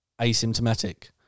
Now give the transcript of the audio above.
asymptomatic